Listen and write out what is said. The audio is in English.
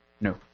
No